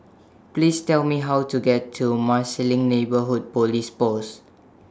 Please Tell Me How to get to Marsiling Neighbourhood Police Post